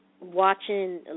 watching